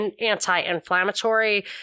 anti-inflammatory